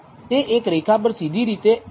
તે એક રેખા પર સીધી રીતે માપવું મુશ્કેલ છે